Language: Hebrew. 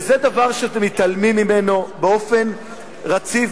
וזה דבר שאתם מתעלמים ממנו באופן רציף,